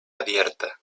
abierta